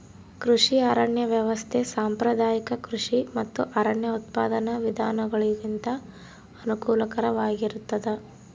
ಕೃಷಿ ಅರಣ್ಯ ವ್ಯವಸ್ಥೆ ಸಾಂಪ್ರದಾಯಿಕ ಕೃಷಿ ಮತ್ತು ಅರಣ್ಯ ಉತ್ಪಾದನಾ ವಿಧಾನಗುಳಿಗಿಂತ ಅನುಕೂಲಕರವಾಗಿರುತ್ತದ